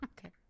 Okay